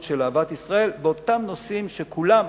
של "אהבת ישראל" באותם נושאים שכולם